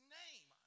name